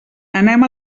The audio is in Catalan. anem